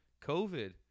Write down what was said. COVID